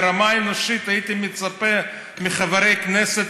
ברמה האנושית הייתי מצפה מחברי הכנסת